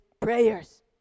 prayers